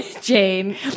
Jane